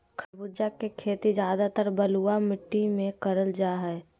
खरबूजा के खेती ज्यादातर बलुआ मिट्टी मे करल जा हय